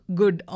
good